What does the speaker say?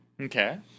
Okay